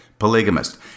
polygamist